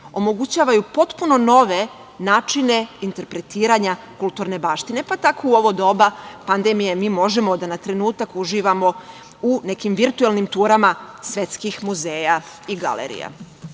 omogućavaju potpuno nove načine interpretiranja kulturne baštine, pa tako u ovo doba pandemije mi možemo na trenutak da uživamo u nekim virtuelnim turama svetskih muzeja i galerija. Danas